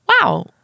Wow